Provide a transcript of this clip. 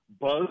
buzz